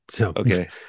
okay